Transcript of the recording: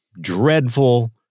dreadful